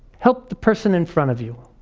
help the person in front of you.